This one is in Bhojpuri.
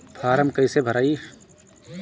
फारम कईसे भराई?